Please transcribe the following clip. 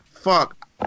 Fuck